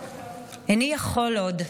"איני יכול עוד",